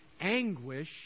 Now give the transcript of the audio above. anguish